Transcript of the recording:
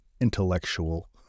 intellectual